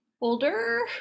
Older